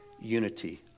unity